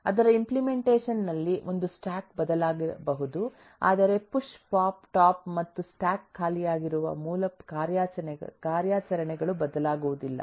ಅದರ ಇಂಪ್ಲೆಮೆಂಟೇಷನ್ ನಲ್ಲಿ ಒಂದು ಸ್ಟಾಕ್ ಬದಲಾಗಬಹುದು ಆದರೆ ಪುಶ್ ಪೋಪ್ ಟಾಪ್ ಮತ್ತು ಸ್ಟಾಕ್ ಖಾಲಿಯಾಗಿರುವ ಮೂಲ ಕಾರ್ಯಾಚರಣೆಗಳು ಬದಲಾಗುವುದಿಲ್ಲ